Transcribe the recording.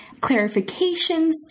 clarifications